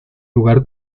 lugar